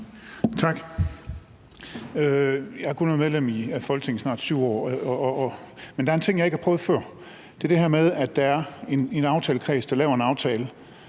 Tak. Jeg har været medlem af Folketinget i snart 7 år, men der er en ting, jeg ikke har prøvet før. Det er det her med, at der er en aftalekreds, som laver en aftale